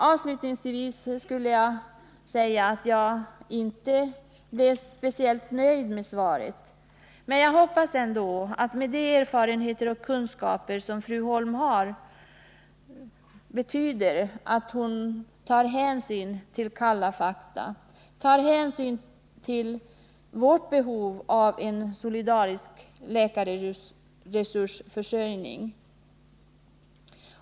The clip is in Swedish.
Avslutningsvis skulle jag vilja säga att jag inte är speciellt nöjd med det svar jag har fått, men jag hoppas ändå att fru Holm med de erfarenheter och kunskaper som hon har tar hänsyn till kalla fakta: vårt behov av en solidarisk läkarförsörjning.